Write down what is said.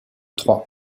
trois